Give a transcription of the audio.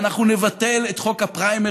ואנחנו נבטל את חוק הפריימריז,